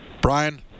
Brian